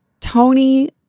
Tony